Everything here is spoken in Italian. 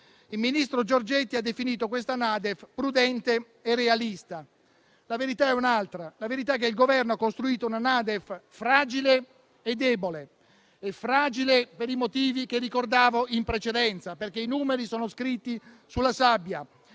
il ministro Giorgetti ha definito questa NADEF prudente e realista. La verità è un'altra. La verità è che il Governo ha costruito una NADEF fragile e debole; fragile per i motivi che ricordavo in precedenza, perché i numeri sono scritti sulla sabbia,